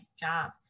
job